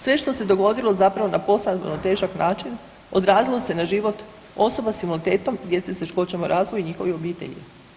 Sve što se dogodilo zapravo na posebno težak način, odrazilo se na život osoba s invaliditetom, djece s teškoćama u razvoju i njihovih obitelji.